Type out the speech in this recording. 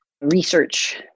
research